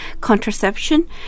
contraception